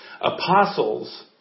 Apostles